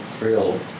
real